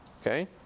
Okay